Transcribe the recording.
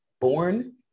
born